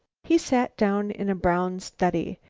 he sat down in a brown study.